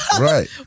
right